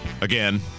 Again